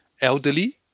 elderly